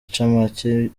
incamake